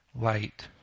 light